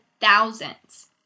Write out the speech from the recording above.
thousands